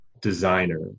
designer